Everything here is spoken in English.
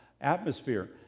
atmosphere